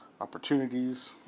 opportunities